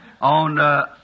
on